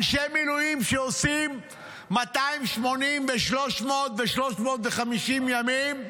אנשי מילואים שעושים 280 ו-300 ו-350 ימים,